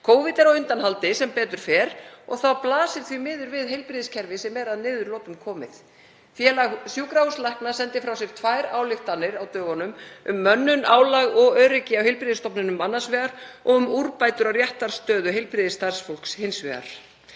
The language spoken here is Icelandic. Covid er á undanhaldi sem betur fer og þá blasir því miður við heilbrigðiskerfi sem er að niðurlotum komið. Félag sjúkrahússlækna sendi frá sér tvær ályktanir á dögunum um mönnun, álag og öryggi á heilbrigðisstofnunum annars vegar og um úrbætur á réttarstöðu heilbrigðisstarfsfólks hins vegar.